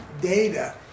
data